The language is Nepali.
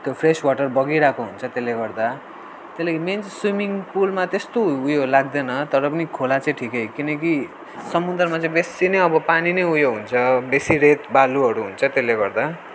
त्यो फ्रेस वाटर बगिरहेको हुन्छ त्यसले गर्दा त्यही लागि मेन स्विमिङ पुलमा त्यस्तो उयो लाग्दैन तर पनि खोला चाहिँ ठिकै हो किनकि समुद्रमा चाहिँ बेसी नै अब पानी नै उयो हुन्छ बेसी रेत बालुवाहरू हुन्छ त्यसले गर्दा